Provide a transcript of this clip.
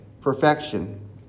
perfection